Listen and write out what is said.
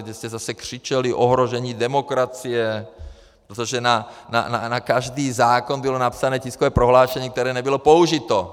Tehdy jste zase křičeli: ohrožení demokracie, protože na každý zákon bylo napsané tiskové prohlášení, které nebylo použito.